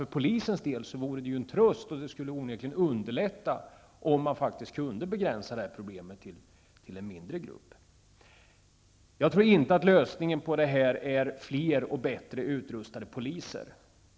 För polisens del vore det ju en tröst, och det skulle onekligen underlätta arbetet, om problemet kunde avgränsas till att handla om en mindre grupp. Jag tror inte att lösningen är fler och bättre utrustade poliser.